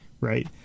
Right